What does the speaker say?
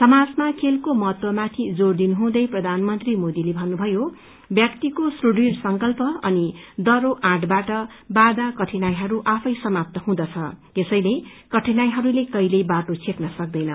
समाजमा खेलको महत्वमाथि जोइ दिनुहुँदै प्रधानमन्त्री मोदीले भन्नुभयो ब्यक्तिको सुदृढ़ संकल्प अनि दहो आँटबाट बाधा कठिनाईहरू आफै समाप्त हुँदछ यसैले कठिनाईहरूले कहिल्यै बाटो छेकन सक्दैन